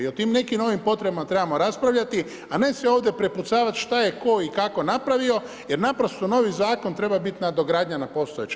I o tim nekim novim potrebama trebamo raspravljati a ne se ovdje prepucavati šta je tko i kako napravio jer naprosto novi zakon treba biti nadogradnja nad postojeći.